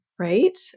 right